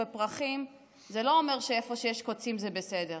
בפרחים זה לא אומר שאיפה שיש קוצים זה בסדר,